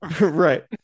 Right